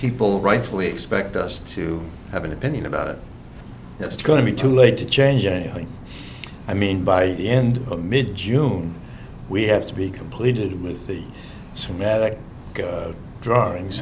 people rightfully expect us to have an opinion about it it's going to be too late to change anything i mean by the end of mid june we have to be completed with the cinematic drawings